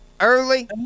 Early